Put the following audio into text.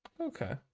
Okay